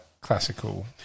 classical